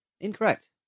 incorrect